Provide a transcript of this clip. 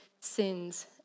sins